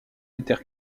luther